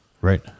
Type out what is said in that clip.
Right